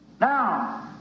Now